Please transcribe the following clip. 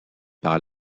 par